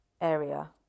area